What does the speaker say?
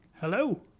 Hello